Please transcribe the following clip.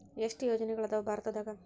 ಎಷ್ಟ್ ಯೋಜನೆಗಳ ಅದಾವ ಭಾರತದಾಗ?